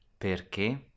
Perché